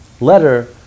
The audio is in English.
letter